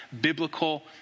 biblical